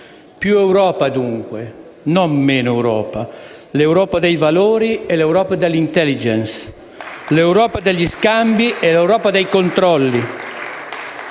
Più Europa dunque e non meno Europa: l'Europa dei valori e l'Europa dell'*intelligence*, l'Europa degli scambi e l'Europa dei controlli.